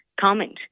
comment